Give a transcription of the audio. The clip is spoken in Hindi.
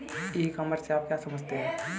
ई कॉमर्स से आप क्या समझते हो?